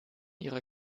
ihrer